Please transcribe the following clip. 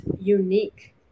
unique